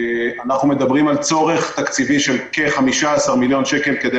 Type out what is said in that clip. אנחנו מדברים על צורך תקציבי של כ-15 מיליון שקל כדי